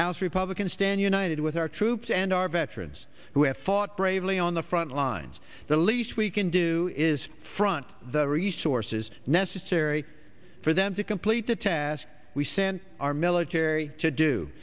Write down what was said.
house republicans stand united with our troops and our veterans who have fought bravely on the front lines the least we can do is front the resources necessary for them to complete the task we sent our military to do